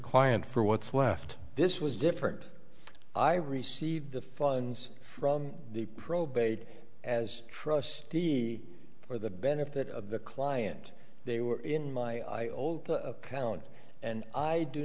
client for what's left this was different i received the funds from the probate as trustee for the benefit of the client they were in my old count and i do